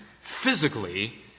physically